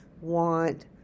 want